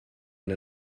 and